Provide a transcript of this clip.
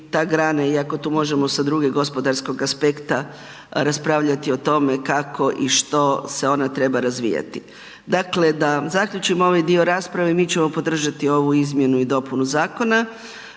ta grana iako to možemo sa drugog gospodarskog aspekta raspravljati o tome kako i što se ona treba razvijati. Dakle da zaključim ovaj dio rasprave, mi ćemo podržati ovu izmjenu i dopunu zakona,